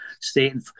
stating